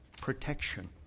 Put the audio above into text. protection